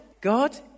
God